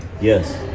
Yes